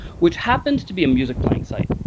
which happens to be a music playing site.